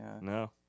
No